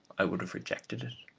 i would have rejected it.